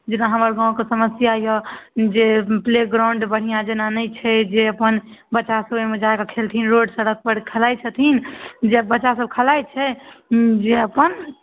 जेना हमर गामके समस्या यए जे प्ले ग्राउंड बढ़िआँ जेना नहि छै जे अपन बच्चासभ ओहिमे जा कऽ खेलथिन रोड सड़कपर खेलाइ छथिन जब बच्चासभ खेलाइ छै जे अपन